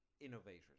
innovators